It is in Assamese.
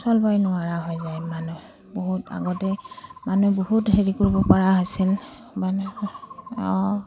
চলিবই নোৱাৰা হৈ যায় মানুহ বহুত আগতেই মানুহে বহুত হেৰি কৰিব পৰা হৈছিল মানে অঁ